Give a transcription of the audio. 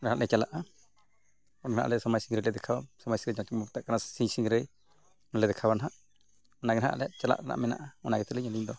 ᱚᱸᱰᱮ ᱱᱟᱦᱟᱸᱜ ᱞᱮ ᱪᱟᱞᱟᱜᱼᱟ ᱚᱸᱰᱮ ᱞᱮ ᱦᱟᱸᱜ ᱥᱚᱢᱟᱡᱽ ᱥᱤᱝᱨᱟᱹᱨᱞᱮ ᱫᱮᱠᱷᱟᱣᱟ ᱥᱚᱢᱟᱡᱽ ᱥᱤᱝᱨᱟᱹᱭ ᱡᱟᱠᱮ ᱠᱚ ᱢᱮᱛᱟᱜ ᱠᱟᱱᱟ ᱥᱤᱝ ᱥᱤᱝᱨᱟᱹᱭᱞᱮ ᱫᱮᱠᱷᱟᱣᱟ ᱱᱟᱦᱟᱸᱜ ᱚᱱᱟᱜᱮ ᱱᱟᱦᱟᱸᱜ ᱞᱮ ᱪᱟᱞᱟᱜ ᱨᱮᱱᱟᱜ ᱢᱮᱱᱟᱜᱼᱟ ᱚᱱᱟᱜᱮ ᱛᱟᱹᱞᱤᱧ ᱟᱹᱞᱤᱧ ᱫᱚ